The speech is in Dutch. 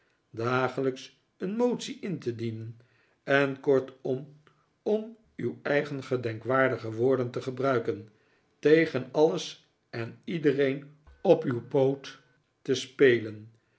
dagelijks een motie in te dienen en kortom om uw eigen gedenkwaardige woorden te gebruiken tegen alles en iedereen op uw poot te spelen